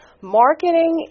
Marketing